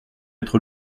être